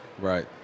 Right